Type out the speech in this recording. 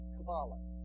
Kabbalah